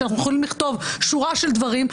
כשאנחנו יכולים לכתוב שורה של דברים,